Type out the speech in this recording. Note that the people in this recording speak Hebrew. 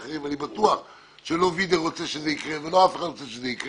אחרים ואני בטוח שלא וידר רוצה שזה יקרה ולא אף אחד רוצה שזה יקרה,